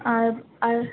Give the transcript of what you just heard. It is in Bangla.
আর আর